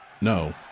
No